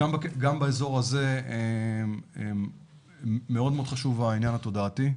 גם באזור הזה מאוד מאוד חשוב העניין התודעתי,